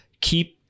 keep